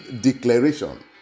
declaration